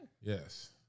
Yes